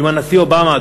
אם הנשיא אובמה,